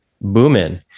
booming